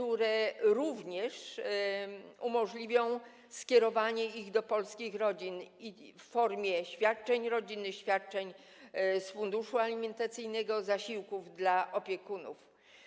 Umożliwi to skierowanie ich również do polskich rodzin w formie świadczeń rodzinnych, świadczeń z funduszu alimentacyjnego, zasiłków dla opiekunów.